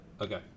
Okay